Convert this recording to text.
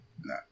no